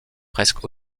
presque